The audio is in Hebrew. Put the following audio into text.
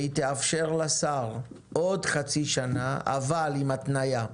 והיא תאפשר לשר עוד חצי שנה אבל עם התניה: